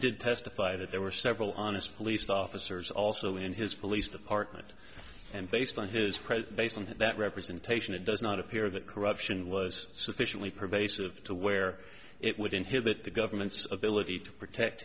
did testify that there were several honest police officers also in his police department and based on his present based on that representation it does not appear that corruption was sufficiently pervasive to where it would inhibit the government's ability to protect